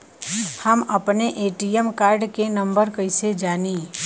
हम अपने ATM card के नंबर कइसे जानी?